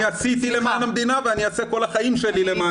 אני עשיתי למען המדינה ואני אעשה כל החיים שלי למען המדינה.